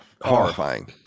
horrifying